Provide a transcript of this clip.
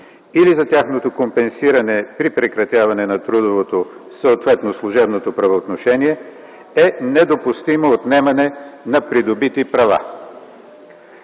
или за тяхното компенсиране при прекратяване на трудовото, съответно служебното, правоотношение е недопустимо отнемане на придобити права”.